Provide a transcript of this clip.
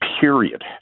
period